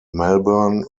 melbourne